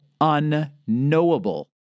unknowable